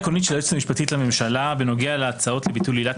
עמדתה העקרונית של היועצת המשפטית לממשלה בנוגע להצעות לביטול עילת